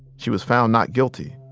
she was found not guilty.